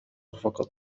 فقط